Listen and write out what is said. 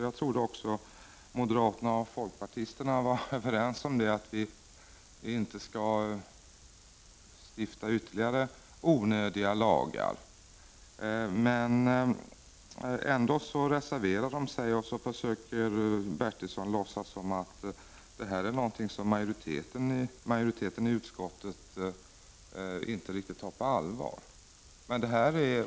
Jag trodde att även moderaterna och folkpartisterna var överens om att det inte skall stiftas några onödiga lagar. Ändå reserverar de sig. Stig Bertilsson försöker låtsas som om det här är någonting som majoriteten i utskottet inte riktigt tar på allvar.